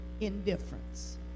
indifference